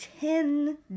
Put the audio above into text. ten